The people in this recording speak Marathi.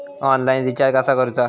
ऑनलाइन रिचार्ज कसा करूचा?